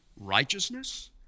righteousness